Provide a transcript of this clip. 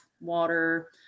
water